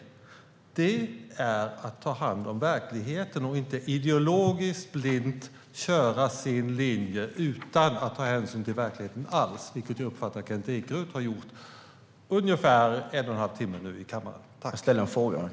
Det är att ta hand om verkligheten. Det jag uppfattar att Kent Ekeroth nu har gjort i ungefär en och en halv timme i kammaren är att ideologiskt blint köra sin linje utan att ta hänsyn till verkligheten alls.